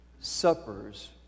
Supper's